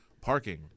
parking